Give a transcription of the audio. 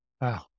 Wow